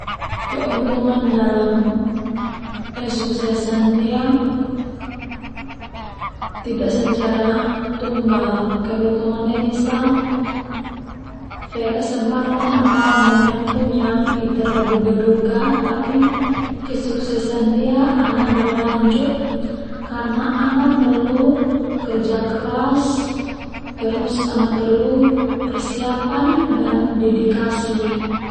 Keuntungan dalam kesuksesan ndia tidak secara tunggal keuntungan ndia bisa fe kesempatan atau momentum yang Ita ta duga-duga, tapi kesuksesan ndia ana berlanjut karna ana perlu kerja keras dan ana perlu persiapan dan dedikasi.